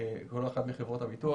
מחברות הביטוח,